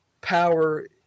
power